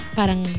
parang